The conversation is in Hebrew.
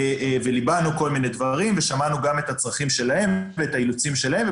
וליבנו כל מיני דברים ושמענו גם את הצרכים שלהם ואת האילוצים שלהם,